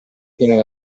piene